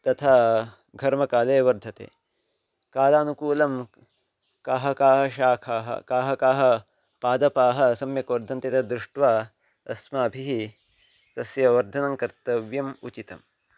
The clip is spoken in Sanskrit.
तथा घर्मकाले वर्धते कालानुकूलं काः काः शाखाः काः काः पादपाः सम्यक् वर्धन्ते तत् दृष्ट्वा अस्माभिः तस्य वर्धनं कर्तव्यम् उचितम्